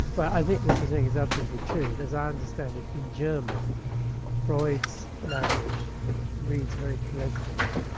well i think what you're saying is absolutely true. as i understand it in german freud's language reads very colloquially,